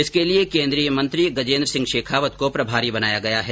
इसके लिए केन्द्रीय मंत्री गजेन्द्र सिंह शेखावत को प्रभारी बनाया गया है